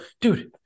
dude